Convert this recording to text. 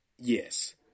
Yes